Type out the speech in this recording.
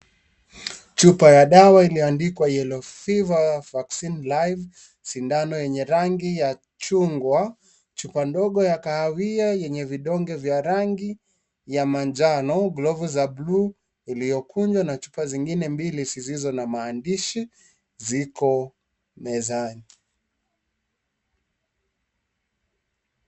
Chupa ya dawa iliyoandikwa yellow fever vaccine life sindano yenye rangi ya chungwa chupa ndogo ya kahawia yenye vidonge vya rangi ya manjano glovu ya bluu ulio kunjwa na chupa zingine mbili siziso na maandishi ziko mezani.